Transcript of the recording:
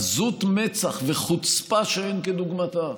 זו עזות מצח וחוצפה שאין כדוגמתה.